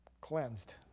cleansed